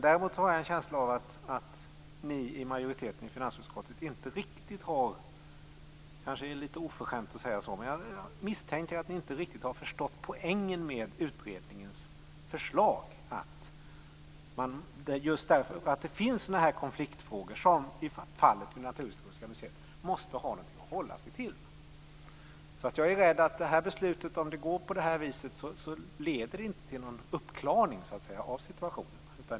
Däremot har jag en känsla av att ni i majoriteten i finansutskottet inte riktigt har förstått poängen med utredningens förslag. Det är kanske litet oförskämt att säga så. Just för att det finns sådana konfliktfrågor som i fallet med Naturhistoriska museet måste man ha något att hålla sig till. Jag är rädd för att det här beslutet, om det går på det här viset, inte kommer att leda till någon uppklarning av situationen.